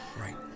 Right